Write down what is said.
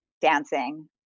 dancing